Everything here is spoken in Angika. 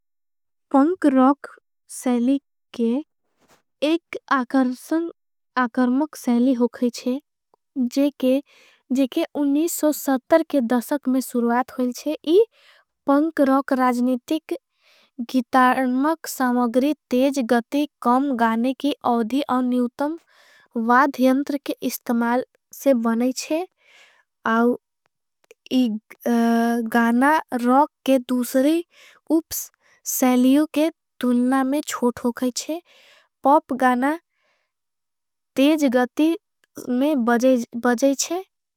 पंक रोक सैली के एक आकर्मक सैली हो खई छे। जेके के दसक में सुरुआत होईल छे पंक रोक। राजनितिक गितार्णमक सामगरी तेज गती कौम। गाने की आधी आणिउतम वाध्यंतर के इस्तमाल। से बनाई छे गाना रोक के दूसरी उप्स सैली के। तुलना में छोट होगाई छे पॉप गाना तेज गती में बजाई छे।